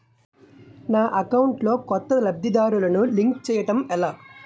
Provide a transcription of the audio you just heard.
నా అకౌంట్ లో కొత్త లబ్ధిదారులను లింక్ చేయటం ఎలా?